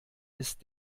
ist